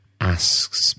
asks